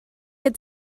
had